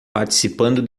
participando